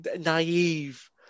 naive